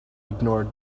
ignored